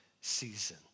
season